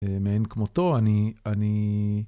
מאין כמותו אני...